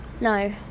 No